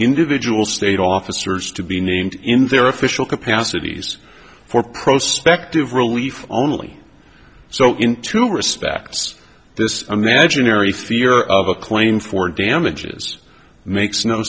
individual state officers to be named in their official capacities for prospect of relief only so in two respects this imaginary fear of a claim for damages makes no